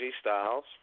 Styles